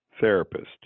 therapist